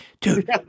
dude